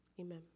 amen